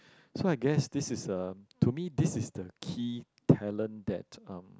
so I guess this is a to me this is the key talent that um